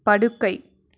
படுக்கை